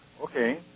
Okay